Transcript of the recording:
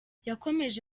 yakomeje